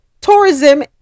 tourism